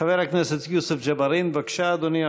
חבר הכנסת יוסף ג'בארין, בבקשה, אדוני.